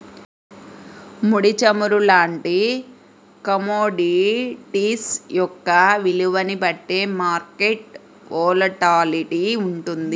ముడి చమురు లాంటి కమోడిటీస్ యొక్క విలువని బట్టే మార్కెట్ వోలటాలిటీ వుంటది